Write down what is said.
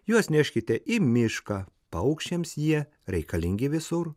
juos neškite į mišką paukščiams jie reikalingi visur